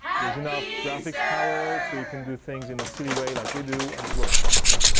there's enough graphics power so you can do things in the city way, like we do and it works. so.